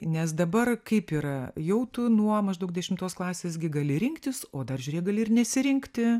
nes dabar kaip yra jau tu nuo maždaug dešimtos klasės gi gali rinktis o dar žiūrėk gali ir nesirinkti